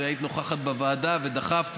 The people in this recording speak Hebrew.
היית נוכחת בוועדה ודחפת,